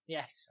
Yes